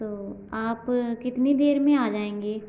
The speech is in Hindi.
तो आप कितनी देर में आ जाएंगे